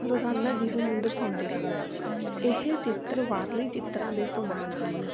ਰੋਜ਼ਾਨਾ ਜੀਵਨ ਨੂੰ ਦਰਸਾਉਂਦੇ ਹਨ ਇਹ ਚਿੱਤਰ ਬਾਹਰਲੀ ਚਿੱਤਰਾਂ ਦੇ ਸਮਾਨ ਹਨ